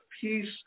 peace